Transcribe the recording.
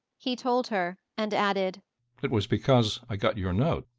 he told her, and added it was because i got your note.